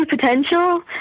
potential